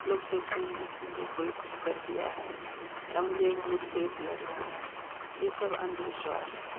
लोग सोचते हैं कि मुझे कोई कुछ कर दिया हे या मुझे भूत प्रेत लग रहा है ये सब अन्धविश्वास है